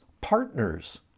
partners